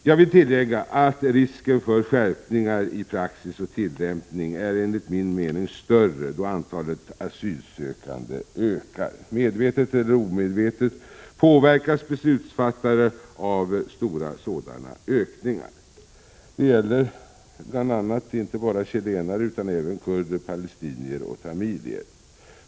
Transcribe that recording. Jag vill tillägga att risken för skärpningar i praxis enligt min mening blir större då antalet asylsökande ökar. Beslutsfattare påverkas medvetet eller omedvetet av stora ökningar. Detta gäller t.ex. inte bara chilenare, utan även kurder, palestinier och tamiler.